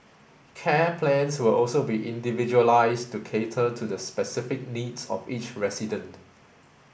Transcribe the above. care plans will also be individualised to cater to the specific needs of each resident